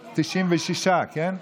אז 96, כן?